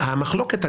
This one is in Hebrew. המחלוקת,